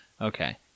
Okay